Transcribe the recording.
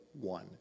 one